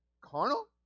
carnal